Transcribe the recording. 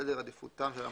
סדר עדיפותם של המועמדים,